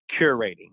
curating